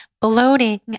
bloating